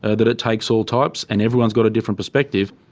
ah that it takes all types, and everyone's got a different perspective.